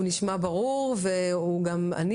הוא נשמע לי ברור והוא גם מה שאני